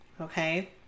okay